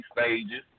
Stages